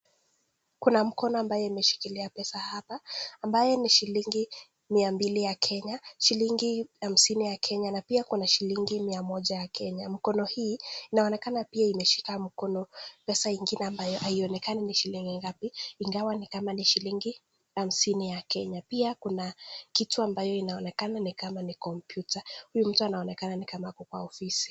Kuna mkono ambayo imeshikilia pesa hapa, ambayo ni shilingi mia mbili ya Kenya, shilingi hamsini ya Kenya na pia shilingi mia moja ya Kenya. Mkono hii inaonekana pia imeshika pesa ingine kwa ambayo haionekani vizuri, ni kama ni shillingi hamsini. Pia kuna kitu ambayo inaonekana ni kompyuta. Huyu mtu anaonekana ako kwa ofisi.